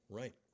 right